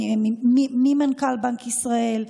מנכ"ל בנק ישראל,